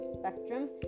spectrum